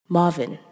Marvin